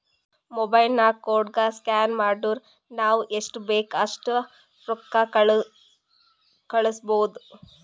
mobile ನಾಗ್ ಕೋಡ್ಗ scan ಮಾಡುರ್ ನಾವ್ ಎಸ್ಟ್ ಬೇಕ್ ಅಸ್ಟ್ ರೊಕ್ಕಾ ಕಳುಸ್ಬೋದ್